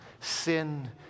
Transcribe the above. Sin